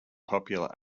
popular